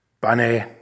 Bunny